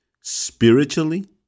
spiritually